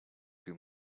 too